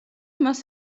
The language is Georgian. მას